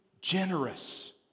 generous